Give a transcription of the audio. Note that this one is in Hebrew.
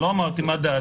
אני לא אמרתי מה דעתי,